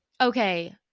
Okay